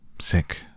sick